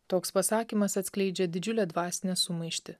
toks pasakymas atskleidžia didžiulę dvasinę sumaištį